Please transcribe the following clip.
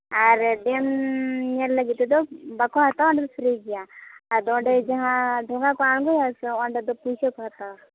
ᱟᱨ ᱰᱮᱢᱻ ᱧᱮᱞ ᱞᱟᱹᱜᱤᱫ ᱛᱮᱫᱚ ᱵᱟᱠᱚ ᱦᱟᱛᱟᱣᱟ ᱚᱸᱰᱮᱫᱚ ᱯᱷᱨᱤ ᱜᱮᱭᱟ ᱟᱫᱚ ᱚᱸᱰᱮ ᱡᱟᱦᱟᱸ ᱰᱷᱸᱜᱟᱠᱚ ᱟᱲᱜᱳᱭᱟ ᱥᱮ ᱚᱸᱰᱮᱫᱚ ᱯᱩᱭᱥᱟᱹᱠᱚ ᱦᱟᱛᱟᱣᱟ